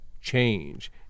change